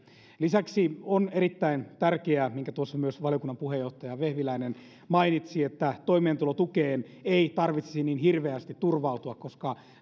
lisäksi on erittäin tärkeää minkä tuossa myös valiokunnan puheenjohtaja vehviläinen mainitsi että toimeentulotukeen ei tarvitsisi niin hirveästi turvautua koska